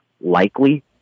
likely